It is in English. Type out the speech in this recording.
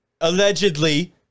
allegedly